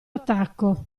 attacco